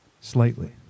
slightly